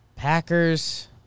Packers